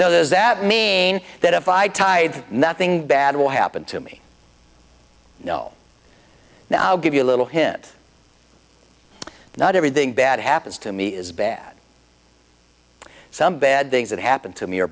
that mean that if i tied nothing bad will happen to me now i'll give you a little hint not everything bad happens to me is bad some bad things that happened to me or